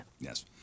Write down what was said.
Yes